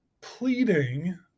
pleading